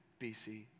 BC